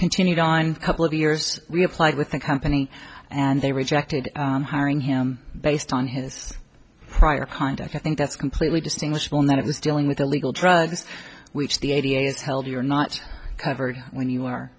continued on couple of years we applied with the company and they rejected hiring him based on his prior conduct i think that's completely distinguish one that is dealing with illegal drugs which the a t f held you're not covered when you are